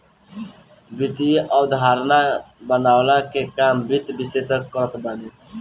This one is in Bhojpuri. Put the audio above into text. वित्तीय अवधारणा बनवला के काम वित्त विशेषज्ञ करत बाने